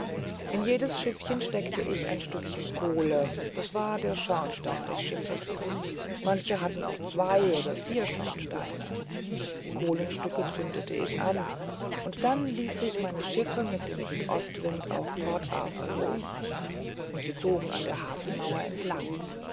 in jedes schiffchen steckte ich ein stückchen kohle das war der schornstein des schiffes manche hatten auch zwei und vier schornsteine die kohlenstücke zündete ich an und dann ließ ich meine schiffe mit dem südostwind auf port arthur los und sie zogen an der hafenmauer entlang